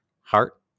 heart